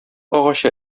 агачы